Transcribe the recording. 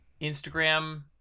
Instagram